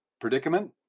predicament